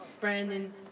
Brandon